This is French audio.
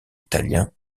italien